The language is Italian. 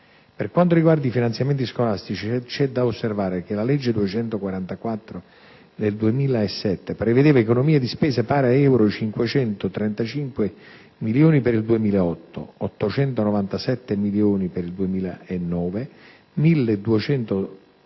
Per quanto riguarda i finanziamenti scolastici c'è da osservare che la legge n. 244 del 2007 prevedeva economie di spesa pari ad euro 535 milioni per il 2008; 897 milioni per il 2009; 1.218 milioni